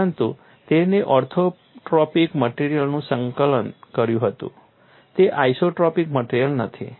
પરંતુ તેણે ઓર્થોટ્રોપિક મટેરીઅલનું સંચાલન કર્યું હતું તે આઇસોટ્રોપિક મટેરીઅલ નથી